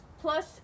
plus